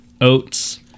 oats